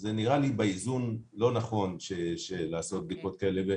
זה נראה לי לא נכון באיזון לעשות בדיקות כאלה.